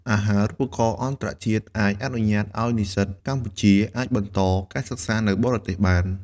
អាហារូបករណ៍អន្តរជាតិអាចអនុញ្ញាតឱ្យនិស្សិតកម្ពុជា អាចបន្តការសិក្សានៅបរទេសបាន។